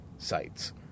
sites